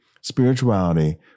Spirituality